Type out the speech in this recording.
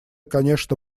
конечно